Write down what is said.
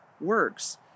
works